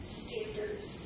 standards